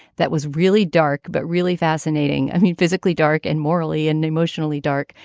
that was really dark, but really fascinating. i mean, physically dark and morally and emotionally dark,